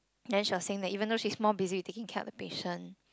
then she was saying that even though she's more busy taking care of the patient